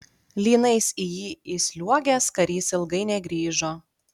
lynais į jį įsliuogęs karys ilgai negrįžo